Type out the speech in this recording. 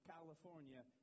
California